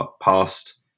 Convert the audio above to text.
past